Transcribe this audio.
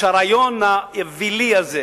שהרעיון האווילי הזה,